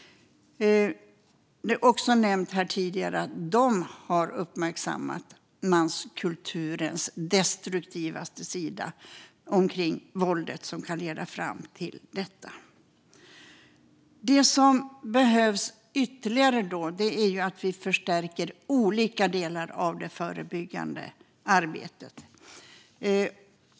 Som nämndes här tidigare har de uppmärksammat manskulturens destruktivaste sida och det våld som den kan leda till. Det som behövs ytterligare är att vi förstärker olika delar av det förebyggande arbetet.